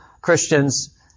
Christians